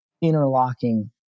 interlocking